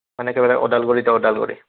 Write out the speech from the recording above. একেবাৰে ওদালগুৰি টু ওদালগুৰি